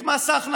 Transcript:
את מס ההכנסה,